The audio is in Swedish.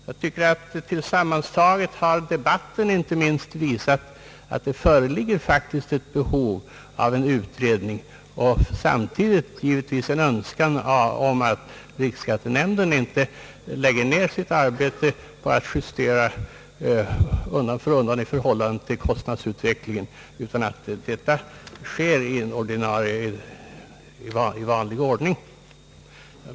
Jag tycker att icke minst debatten har visat att det faktiskt föreligger ett behov av en utredning. Samtidigt finns givetvis en önskan om att riksskattenämnden inte upphör med det arbete, som nu pågår med att undan för undan justera ersättningen i förhållande till kostnadsutvecklingen, utan att detta fortsätter i vanlig ordning.